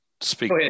speak